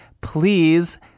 please